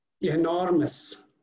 Enormous